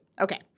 Okay